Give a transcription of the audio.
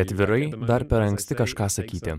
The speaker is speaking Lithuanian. atvirai dar per anksti kažką sakyti